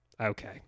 Okay